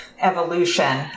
evolution